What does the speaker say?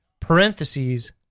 Parentheses